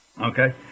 Okay